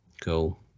Cool